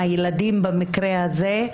הילדים במקרה הזה,